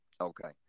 okay